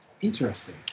Interesting